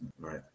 right